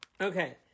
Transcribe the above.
Okay